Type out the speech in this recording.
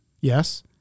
yes